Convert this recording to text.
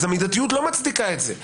המידתיות לא מצדיקה את זה.